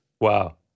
Wow